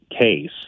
case